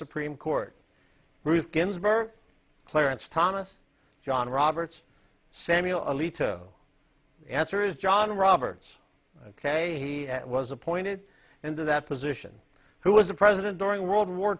supreme court ruth ginsburg clarence thomas john roberts samuel alito answer is john roberts ok he was appointed into that position who was a president during world war